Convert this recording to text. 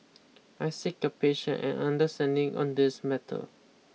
I seek your patience and understanding on this matter